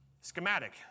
Schematic